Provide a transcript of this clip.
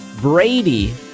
Brady